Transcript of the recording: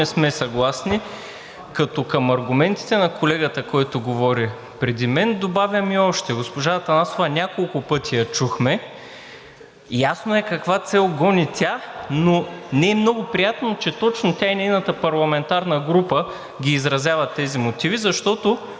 не сме съгласни. Като към аргументите на колегата, който говори преди мен, добавям и още. Госпожа Атанасова няколко пъти я чухме, ясно е каква цел гони тя, но не е много приятно, че точно тя и нейната парламентарна група изразяват тези мотиви, защото,